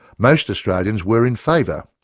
most australians were in favour.